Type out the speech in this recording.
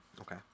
Okay